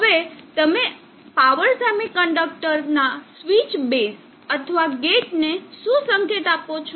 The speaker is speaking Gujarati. હવે તમે આ પાવર સેમિકન્ડક્ટર ના સ્વીચના બેઝ અથવા ગેટ ને શું સંકેત આપો છો